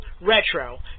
Retro